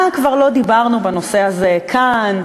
מה כבר לא אמרנו בנושא הזה כאן,